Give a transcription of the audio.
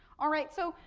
all right so,